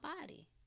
body